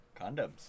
Condoms